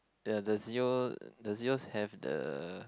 the does your does yours have the